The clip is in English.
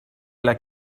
like